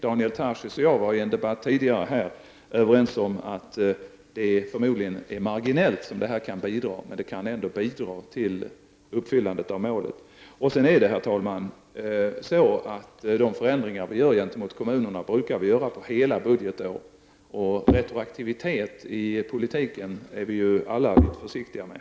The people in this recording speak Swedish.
Daniel Tarschys och jag var i en tidigare debatt överens om att bidraget från personalkooperativen till uppfyllandet av målet om full behovstäckning förmodligen är marginellt men att kooperativen ändå kan bidra. Herr talman! De förändringar vi genomför gentemot kommunerna brukar gälla hela budgetår. Retroaktivitet i politiken är vi ju alla litet försiktiga med.